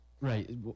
Right